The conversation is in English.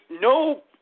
no